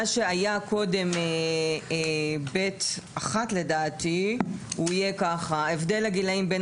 מה שהיה קודם (ב)(1) יהיה: "הבדל הגילאים בין